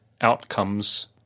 outcomes